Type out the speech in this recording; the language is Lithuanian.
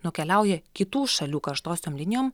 nukeliauja kitų šalių karštosiom linijom